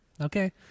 Okay